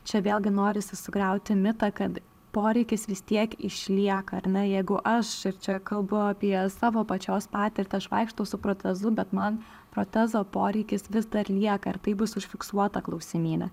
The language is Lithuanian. čia vėlgi norisi sugriauti mitą kad poreikis vis tiek išlieka ar ne jeigu aš ir čia kalbu apie savo pačios patirtį aš vaikštau su protezu bet man protezo poreikis vis dar lieka ir tai bus užfiksuota klausimyne